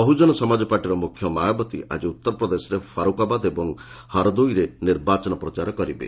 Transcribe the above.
ବହୁଜନ ସମାଜ ପାର୍ଟିର ମୁଖ୍ୟ ମାୟାବତୀ ଆଜି ଉତ୍ତରପ୍ରଦେଶର ଫାରୁକାବାଦ ଏବଂ ହରଦୋଇରେ ନିର୍ବାଚନ ପ୍ରଚାର କରିବେ